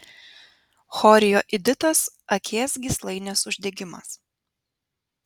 chorioiditas akies gyslainės uždegimas